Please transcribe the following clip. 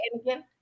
again